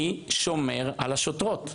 מי שומר על השוטרות?